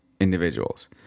individuals